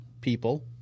people